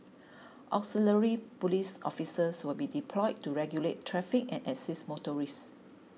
auxiliary police officers will be deployed to regulate traffic and assist motorists